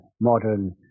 modern